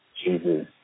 Jesus